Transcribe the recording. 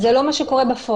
זה לא מה שקורה בפועל.